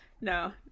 No